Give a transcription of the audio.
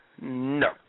no